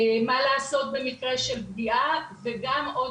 מה לעשות במקרה של פגיעה.